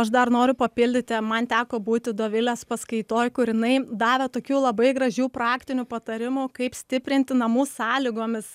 aš dar noriu papildyti man teko būti dovilės paskaitoj kur jinai davė tokių labai gražių praktinių patarimų kaip stiprinti namų sąlygomis